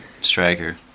striker